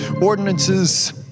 ordinances